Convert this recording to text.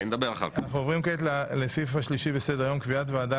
אנחנו עוברים כעת לסעיף השלישי בסדר היום קביעת ועדה